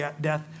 death